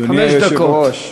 חמש דקות.